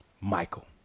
michael